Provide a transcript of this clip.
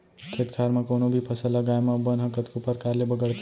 खेत खार म कोनों भी फसल लगाए म बन ह कतको परकार ले बगरथे